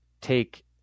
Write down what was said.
take